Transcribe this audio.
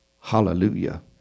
hallelujah